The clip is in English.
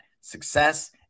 Success